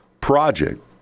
project